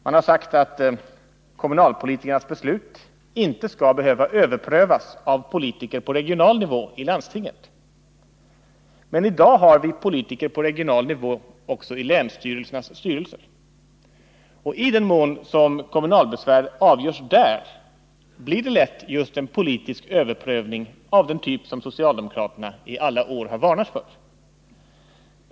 Man har sagt att kommunalpolitikernas beslut inte skall behöva överprövas av politiker på regional nivå, i landstinget. Meni dag har vi politiker på regional nivå också i länsstyrelsernas styrelser, och i den mån kommunalbesvär avgörs där blir det lätt just en politisk överprövning av den typ som socialdemokraterna i alla år har varnat för.